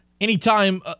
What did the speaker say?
Anytime